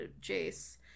Jace